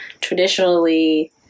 traditionally